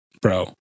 bro